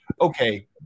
okay